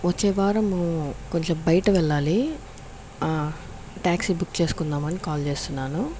వచ్చేవారము నేను కొంచెం బయట వెళ్ళాలి ట్యాక్సీ బుక్ చేసుకుందామని కాల్ చేస్తున్నాను